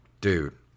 dude